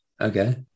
Okay